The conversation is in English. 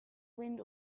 wind